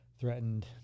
Threatened